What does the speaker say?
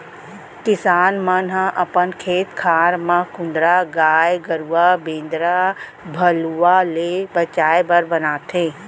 किसान मन ह अपन खेत खार म कुंदरा गाय गरूवा बेंदरा भलुवा ले बचाय बर बनाथे